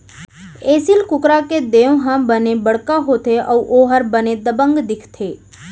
एसील कुकरा के देंव ह बने बड़का होथे अउ ओहर बने दबंग दिखथे